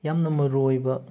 ꯌꯥꯝꯅ ꯃꯔꯨꯑꯣꯏꯕ